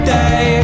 day